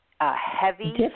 heavy